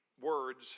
words